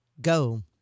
Go